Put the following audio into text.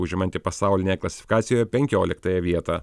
užimanti pasaulinėje klasifikacijoje penkioliktąją vietą